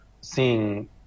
seeing